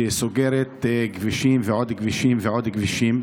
שסוגרת כבישים ועוד כבישים ועוד כבישים.